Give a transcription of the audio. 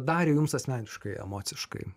darė jums asmeniškai emociškai